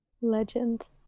Legend